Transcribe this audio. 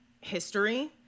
history